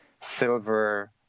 silver